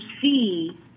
see